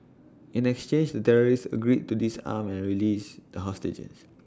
in exchange the terrorists agreed to disarm and released the hostages